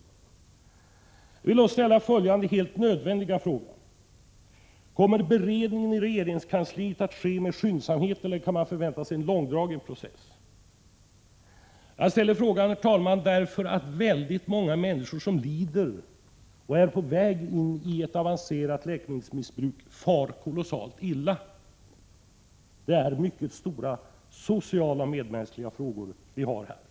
Jag vill då ställa följande helt nödvändiga fråga: Kommer beredningen i regeringskansliet att ske med skyndsamhet, eller kan man förvänta sig en långdragen process? Jag ställer denna fråga därför att många lidande människor som är på väg in i ett avancerat läkemedelsmissbruk far kolossalt illa. Det gäller här mycket stora sociala och medmänskliga frågor. Herr talman!